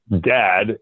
dad